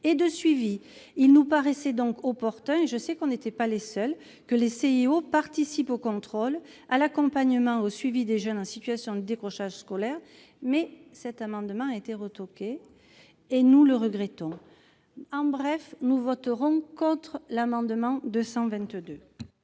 et de suivi. Il nous paraissait donc opportun, et je sais que nous n'étions pas les seuls, que les CIO participent au contrôle, à l'accompagnement et au suivi des jeunes en situation de décrochage scolaire, mais cet amendement a été « retoqué », ce que nous regrettons. Bref, nous voterons contre l'amendement n°